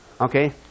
Okay